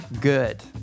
good